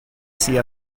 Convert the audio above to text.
see